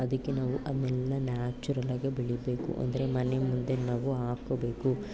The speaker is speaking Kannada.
ಅದಕ್ಕೆ ನಾವು ಅದನ್ನೆಲ್ಲ ನ್ಯಾಚುರಲ್ಲಾಗೆ ಬೆಳಿಬೇಕು ಅಂದರೆ ಮನೆ ಮುಂದೆ ನಾವು ಹಾಕೊಬೇಕು